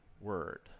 word